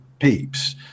peeps